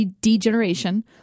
degeneration